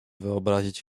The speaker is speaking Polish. wyobrazić